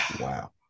wow